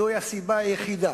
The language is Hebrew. זו הסיבה היחידה.